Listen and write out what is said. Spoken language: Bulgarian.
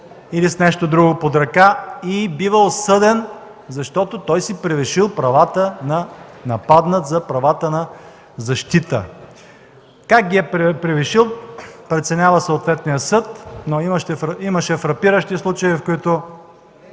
или с нещо друго под ръка, и бива осъден, защото той си е превишил правата на нападнат – правата за защита. Как ги е превишил преценява съответният съд, но имаше фрапиращи случаи, в които